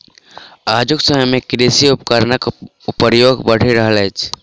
आजुक समय मे कृषि उपकरणक प्रयोग बढ़ि रहल अछि